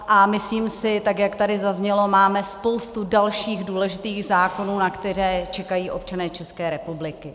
A myslím si, tak jak tady zaznělo, že máme spoustu dalších důležitých zákonů, na které čekají občané České republiky.